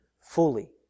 fully